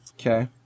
Okay